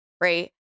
right